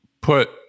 put